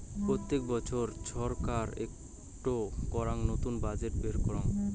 প্রত্যেক বছর ছরকার একটো করাং নতুন বাজেট বের করাং